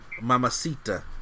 Mamacita